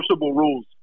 rules